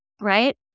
right